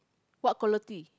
what quality